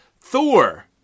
Thor